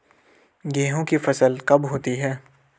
गेहूँ की फसल कब होती है?